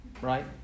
right